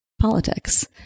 politics